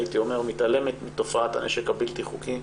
מתעלמת מתופעת הנשק הבלתי-חוקי.